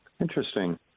Interesting